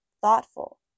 thoughtful